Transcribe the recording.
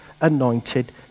anointed